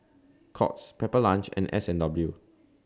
Courts Pepper Lunch and S and W